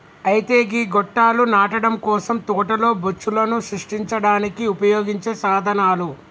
అయితే గీ గొట్టాలు నాటడం కోసం తోటలో బొచ్చులను సృష్టించడానికి ఉపయోగించే సాధనాలు